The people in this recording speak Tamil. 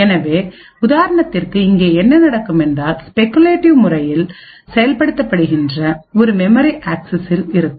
எனவே உதாரணத்திற்கு இங்கே என்ன நடக்கும் என்றால் ஸ்பெகுலேட்டிவ் முறையில் செயல்படுகின்ற ஒரு மெமரி ஆக்சிஸ் இருக்கும்